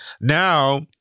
Now